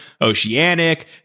Oceanic